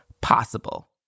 possible